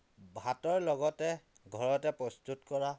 ভাতৰ লগতে ঘৰতে প্ৰস্তুত কৰা